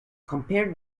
compared